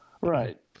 Right